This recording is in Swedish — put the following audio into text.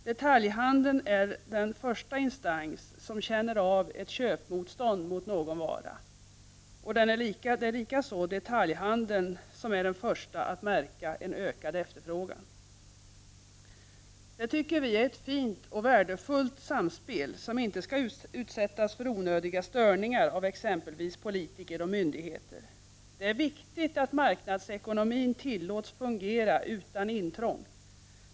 Detaljhandeln är den första instans som känner av ett köpmotstånd mot någon vara, och likaså är detaljhandeln den första att märka en ökad efterfrågan. Detta tycker vi är ett fint och värdefullt samspel, som inte skall utsättas för onödiga störningar av exempelvis politiker och myndigheter. Det är viktigt att marknadsekonomin tillåts fungera utan intrång.